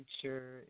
future